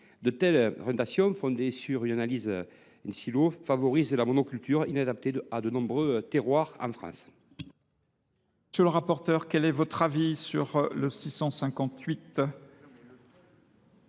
De telles orientations, fondées sur une analyse en silo, favorisent la monoculture, qui est inadaptée à de nombreux terroirs en France.